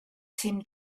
tim